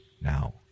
Now